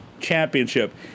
Championship